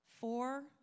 Four